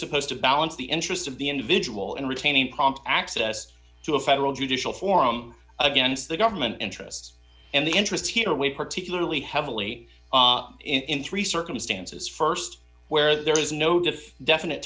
supposed to balance the interests of the individual and retaining prompt access to a federal judicial forum against the government interests and the interests here way particularly heavily in three circumstances st where there is no diff definite